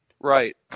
Right